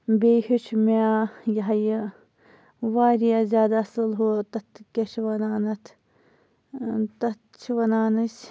بیٚیہِ ہیٚچھۍ مےٚ یہِ ہہَ یہِ واریاہ زیادٕ اَصل ہہُ تَتھ کیاہ چھِ وَنان اَتھ تَتھ چھِ وَنان أسۍ